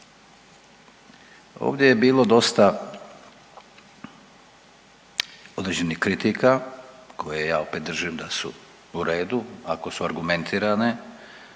Ovdje je bilo dosta određenih kritika koje ja opet držim da su u redu ako su argumentirane,